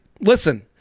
listen